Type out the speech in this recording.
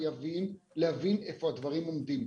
אתם חייבים להבין איפה הדברים עומדים,